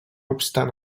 obstant